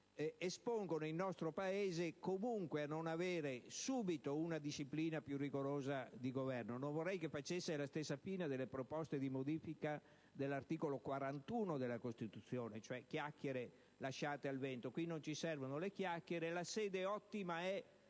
comunque il nostro Paese a non avere subito una disciplina più rigorosa di governo. Non vorrei che tale proposta di modifica facesse la stessa fine delle proposte di modifica dell'articolo 41 della Costituzione, cioè chiacchiere lasciate al vento. Qui non ci servono le chiacchiere: la sede ottima è